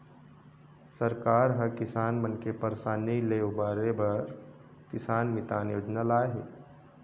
सरकार ह किसान मन के परसानी ले उबारे बर किसान मितान योजना लाए हे